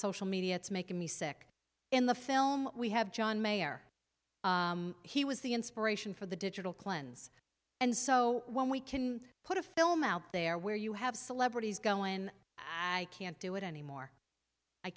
social media it's making me sick in the film we have john mayer he was the inspiration for the digital cleanse and so when we can put a film out there where you have celebrities going i can't do it anymore i